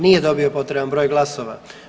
Nije dobio potreban broj glasova.